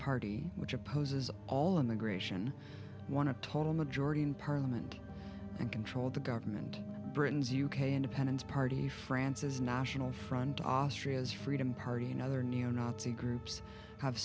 party which opposes all immigration want to total majority in parliament and control of the government britain's u k independence party france's national front austria's freedom party and other neo nazi groups have